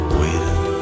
waiting